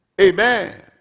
Amen